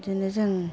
बिदिनो जों